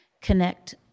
connect